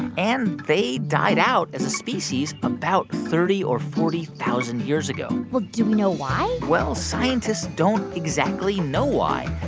and they died out as a species about thirty thousand or forty thousand years ago well, do we know why? well, scientists don't exactly know why,